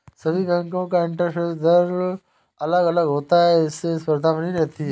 सभी बेंको का इंटरेस्ट का दर अलग अलग होता है जिससे स्पर्धा बनी रहती है